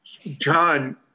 John